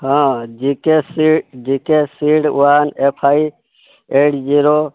ହଁ GK C GK seed one F I L zero